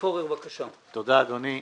תודה אדוני.